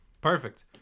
Perfect